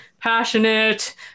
passionate